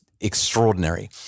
extraordinary